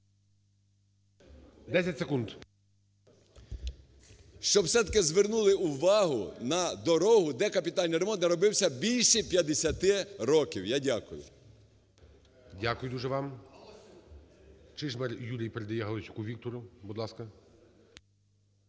І.Д. ...щоб все-таки звернули увагу на дорогу, де капітальний ремонт не робився більше 50 років. Я дякую. ГОЛОВУЮЧИЙ. Дякую дуже вам. Чижмарь Юрій передає Галасюку Віктору. Будь ласка.